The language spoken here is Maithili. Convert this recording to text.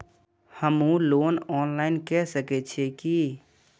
हमू लोन ऑनलाईन के सके छीये की?